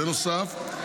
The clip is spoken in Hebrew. בנוסף,